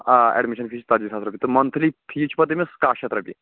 آ admission fees ژَتجی ساس رۄپیہِ تہٕ مَنتھٕلِی فیٖس چھُ پَتہٕ تٔمِس کاہ شیٚتھ رۄپیہِ